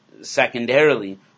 secondarily